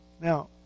Now